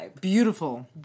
Beautiful